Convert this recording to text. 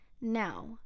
Now